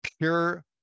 pure